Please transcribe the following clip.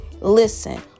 Listen